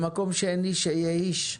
במקום שאין איש אהיה איש.